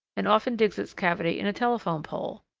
and often digs its cavity in a telephone pole.